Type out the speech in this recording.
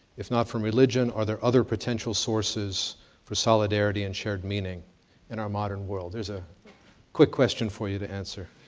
if not from religion are there other potential sources for solidarity and shared meaning in our modern world. there's a quick question for you to answer.